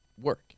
work